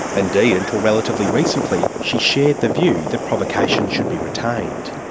indeed, until relatively recently she shared the view that provocation should be retained.